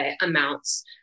amounts